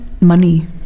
Money